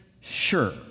sure